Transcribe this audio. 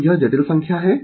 तो यह जटिल संख्या है